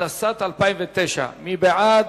התשס"ט 2009. מי בעד?